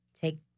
take